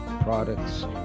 products